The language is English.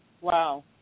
Wow